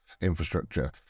infrastructure